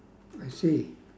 I see